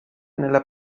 nella